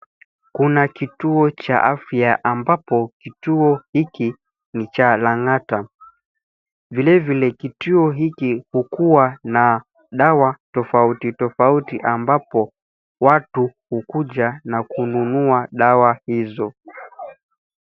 Kuna kituo cha afya ambapo kituo hiki ni cha Lang'ata, vilevile kituo hiki hukuwa na dawa tofauti tofauti ambapo watu hukuja na kununua dawa hizo.